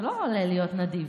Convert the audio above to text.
זה לא עולה להיות נדיב.